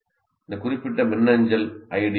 இந்த குறிப்பிட்ட மின்னஞ்சல் ஐடி tale